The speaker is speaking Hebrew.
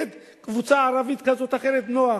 ונגד קבוצה ערבית כזאת או אחרת, נוח.